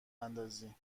اندازی